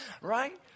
Right